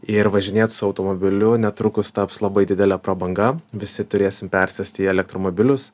ir važinėt su automobiliu netrukus taps labai didelė prabanga visi turėsim persėsti į elektromobilius